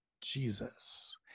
Jesus